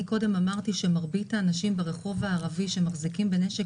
קודם אמרתי שמרבית האנשים ברחוב הערבי שמחזיקים בנשק